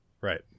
Right